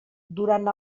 durant